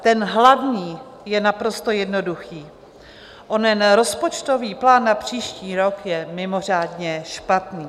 Ten hlavní je naprosto jednoduchý onen rozpočtový plán na příští rok je mimořádně špatný.